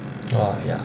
ya ya